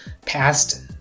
past